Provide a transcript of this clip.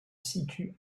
situe